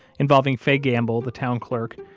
involving faye gamble, the town clerk,